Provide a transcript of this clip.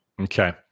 Okay